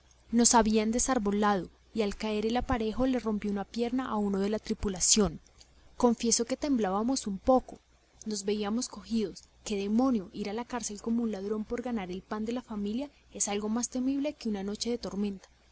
nos habían desarbolado y al caer el aparejo le rompió una pierna a uno de la tripulación confieso que temblamos un poco nos veíamos cogidos y qué demonio ir a la cárcel como un ladrón por ganar el pan de la familia es algo más temible que una noche de tormenta